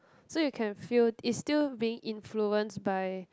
so you can feel it's still being influence by